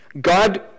God